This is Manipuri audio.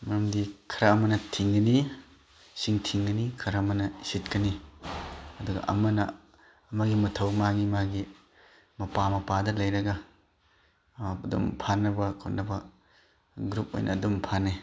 ꯃꯔꯝꯗꯤ ꯈꯔ ꯑꯃꯅ ꯊꯤꯡꯒꯅꯤ ꯏꯁꯤꯡ ꯊꯤꯡꯒꯅꯤ ꯈꯔ ꯑꯃꯅ ꯏꯁꯤꯠꯀꯅꯤ ꯑꯗꯨꯒ ꯑꯃꯅ ꯑꯃꯒꯤ ꯃꯊꯧ ꯃꯥꯒꯤ ꯃꯥꯒꯤ ꯃꯄꯥ ꯃꯄꯥꯗ ꯂꯩꯔꯒ ꯑꯗꯨꯝ ꯐꯥꯅꯕ ꯈꯣꯠꯅꯕ ꯒ꯭ꯔꯨꯞ ꯑꯣꯏꯅ ꯑꯗꯨꯝ ꯐꯥꯅꯩ